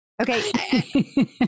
Okay